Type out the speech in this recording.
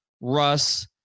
Russ